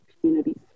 communities